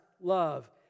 love